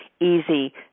easy